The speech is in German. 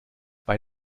bei